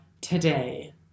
today